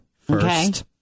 first